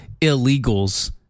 illegals